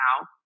now